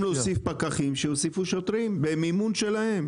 להוסיף פקחים שיוסיפו שוטרים במימון שלהם.